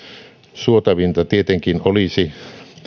suotavinta tietenkin olisi